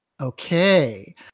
Okay